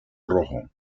rojo